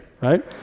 right